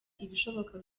ibishoboka